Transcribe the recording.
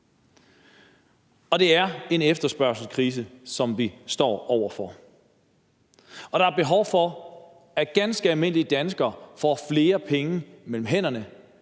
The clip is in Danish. Det er en efterspørgselskrise, som vi står over for. Der er behov for, at ganske almindelige danskere får flere penge mellem hænderne,